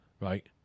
right